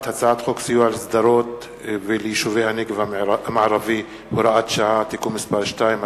הצעת חוק סיוע לשדרות וליישובי הנגב המערבי (הוראת שעה) (תיקון מס' 2),